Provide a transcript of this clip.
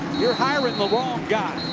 you're hiring the wrong guy.